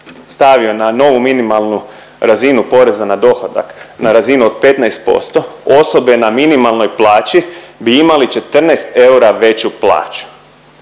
stavio na novu minimalnu razinu poreza na dohodak, na razinu od 15%, osobe na minimalnoj plaći bi imali 14 eura veću plaću.